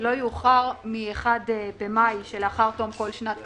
לא יאוחר מ-1 במאי שלאחר תום כל שנת כספים,